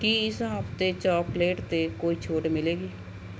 ਕੀ ਇਸ ਹਫ਼ਤੇ ਚਾਕਲੇਟ 'ਤੇ ਕੋਈ ਛੋਟ ਮਿਲੇਗੀ